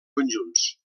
conjunts